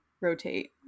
rotate